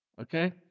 okay